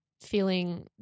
feeling